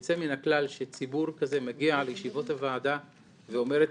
יוצא מן הכלל שציבור כזה מגיע לישיבות הוועדה ואומר את